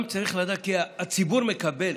גם צריך לדעת, כי הציבור מקבל